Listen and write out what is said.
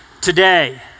Today